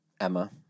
Emma